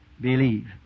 Believe